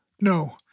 No